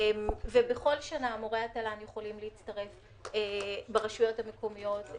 בכל שנה מורי התל"ן יכולים להצטרף ברשויות המקומיות,